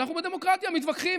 אנחנו בדמוקרטיה מתווכחים,